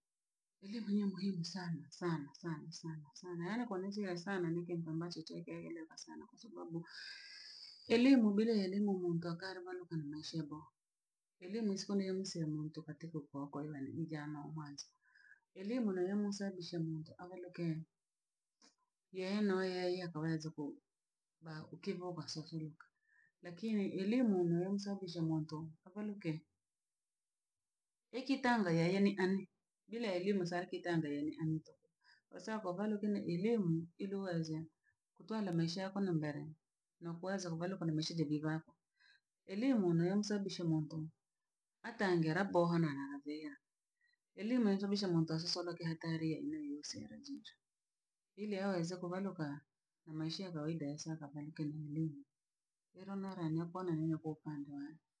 Elimu ni ya muhimu sana sana sana sana sana yaanikonezera sana ni kintu ambacho chegeegereka sana kwa sababu, elimu bila elimu muntu akarevaroka na maisha boha. Elimu isikoneyemunse katika kuokorewe ni ijanho nhwanze. Elimu nayomsababisha muntu avaroke yeye no yeye akoweze ko ba okebhobha sosoloka lakini elimu niyamsababisha muntu avaroke ekitanga yeye ni ani, bila elimu sakitanda yani anito, osako valokine elimu ili uweze kutwara maisha yako na mbere nakuweza kuvaroka na mashajagi vako. Elimu neyamsababisha muntu atangera boha na anaravera. Elimu ensababisha muntu asisoroke hatari yene yose ra jijo ili aweze kubharoka na maisha ya kawaida ya sakavanke nilili. Eronara nyokona neyo kwa upande wane.